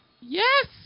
Yes